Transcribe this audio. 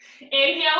inhale